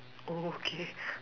oh okay